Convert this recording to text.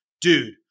dude